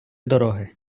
дороги